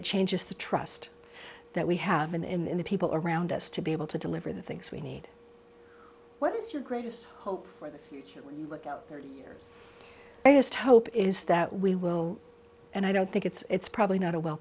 it changes the trust that we have been in the people around us to be able to deliver the things we need what is your greatest hope for this i just hope is that we will and i don't think it's probably not a well